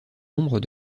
nombre